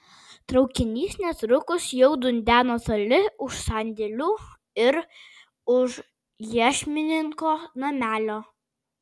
traukinys netrukus jau dundeno toli už sandėlių ir už iešmininko namelio